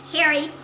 Harry